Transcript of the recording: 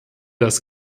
das